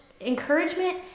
encouragement